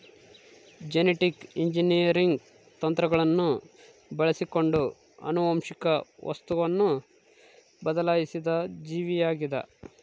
genetic engineering ತಂತ್ರಗಳನ್ನು ಬಳಸಿಕೊಂಡು ಆನುವಂಶಿಕ ವಸ್ತುವನ್ನು ಬದಲಾಯಿಸಿದ ಜೀವಿಯಾಗಿದ